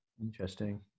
interesting